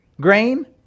grain